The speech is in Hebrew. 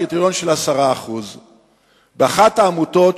הקריטריון של 10%. באחת העמותות,